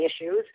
issues